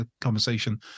conversation